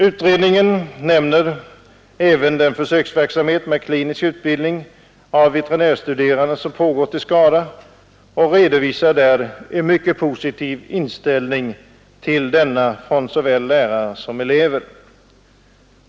Utredningen nämner även den försöksverksamhet med klinisk utbild ning av veterinärstuderande som pågått i Skara och redovisar en mycket positiv inställning från såväl lärare som elever.